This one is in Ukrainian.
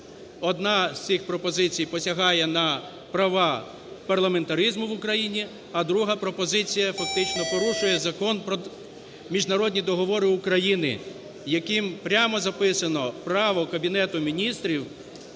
Одна з цих пропозицій посягає на права парламентаризму в Україні, а друга пропозиція фактично порушує Закон "Про міжнародні договори України", яким прямо записано право Кабінету Міністрів